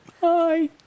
hi